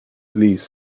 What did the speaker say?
these